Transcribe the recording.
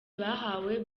bahawe